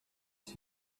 see